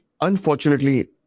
unfortunately